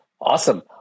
Awesome